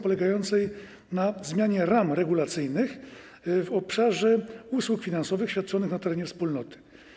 Polega to na zmianie ram regulacyjnych w obszarze usług finansowych świadczonych na terenie Wspólnoty.